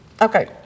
Okay